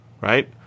right